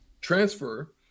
transfer